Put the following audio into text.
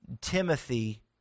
Timothy